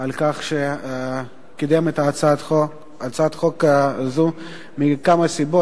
על כך שקידם את הצעת החוק הזו מכמה סיבות.